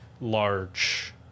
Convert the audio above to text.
Large